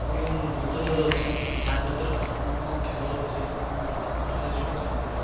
ଖେଳ ଦୁନିଆରେ ବହୁତ ଖେଳ ଅଛି ଯାହା ଭିତରେ ପ୍ରଥମ ଖେଳ ହେଉଛି ଆମର ବର୍ତ୍ତମାନ ହେ ଦେଖୁଛୁ ଆମର